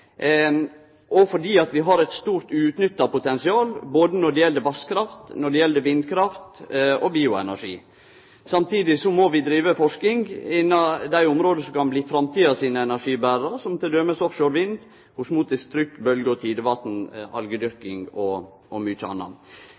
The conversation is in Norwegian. og fordi vi har eit stort uutnytta potensial både når det gjeld vasskraft, og når det gjeld vindkraft og bioenergi. Samtidig må vi drive forsking innafor dei områda som kan bli framtidas energiberarar, som t.d. offshore vind, osmotisk trykkbølgje, tidvatn, algedyrking og